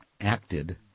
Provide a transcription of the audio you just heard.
acted